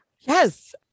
yes